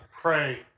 pray